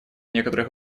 некоторых